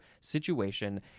situation